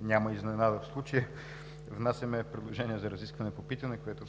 няма изненада в случая, внасяме предложение за разискване по питането, което